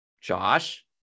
Josh